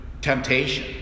temptation